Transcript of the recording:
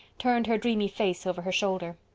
turned her dreamy face over her shoulder.